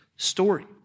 story